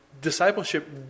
discipleship